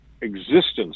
existence